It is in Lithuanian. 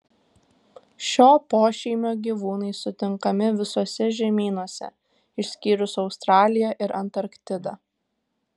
šio pošeimio gyvūnai sutinkami visuose žemynuose išskyrus australiją ir antarktidą